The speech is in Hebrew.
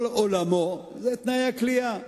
כל עולמו זה תנאי הכליאה.